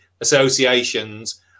associations